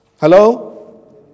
Hello